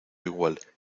igual